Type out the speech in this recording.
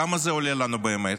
כמה זה עולה לנו באמת?